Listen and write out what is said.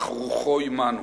אך רוחו עמנו